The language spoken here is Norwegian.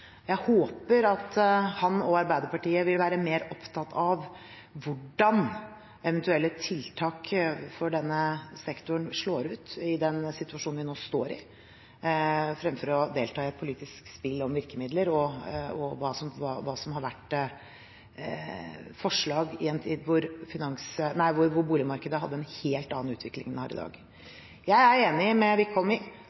Jeg håper at han og Arbeiderpartiet vil være mer opptatt av hvordan eventuelle tiltak for denne sektoren slår ut i den situasjonen vi nå står i, fremfor å delta i et politisk spill om virkemidler og hva som har vært forslag i en tid da boligmarkedet hadde en helt annen utvikling enn det har i dag. Jeg er enig med Wickholm i